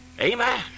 Amen